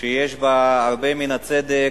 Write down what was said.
שיש בה הרבה מן הצדק,